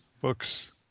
books